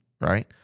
right